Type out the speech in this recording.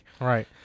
Right